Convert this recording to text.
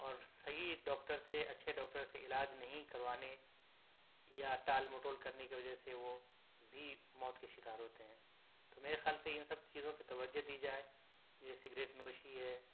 اور صحیح ڈاکٹر سے اچھے ڈاکٹر سے علاج نہیں کروانے یا ٹال مٹول کرنے کی وجہ سے وہ بھی موت کے شکار ہوتے ہیں تو میرے خیال سے ان سب چیزوں پہ توجہ دی جائے جیسے سگریٹ نوشی ہے